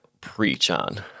preach-on